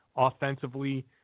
offensively